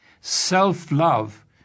Self-love